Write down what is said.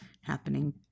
happening